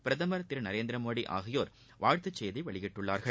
பிரதமர் திரு நரேந்திரமோடி ஆகியோர் வாழ்த்துச் செய்தி வெளியிட்டுள்ளார்கள்